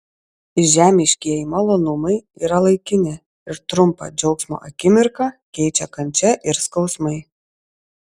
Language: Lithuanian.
žemiškieji malonumai yra laikini ir trumpą džiaugsmo akimirką keičia kančia ir skausmai